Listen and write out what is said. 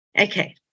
Okay